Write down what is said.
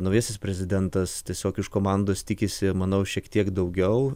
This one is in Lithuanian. naujasis prezidentas tiesiog iš komandos tikisi manau šiek tiek daugiau